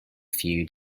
few